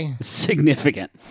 significant